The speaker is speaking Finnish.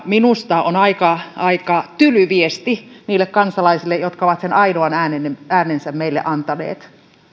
minusta on aika aika tyly viesti niille kansalaisille jotka ovat sen ainoan äänensä äänensä meille antaneet